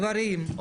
גברים,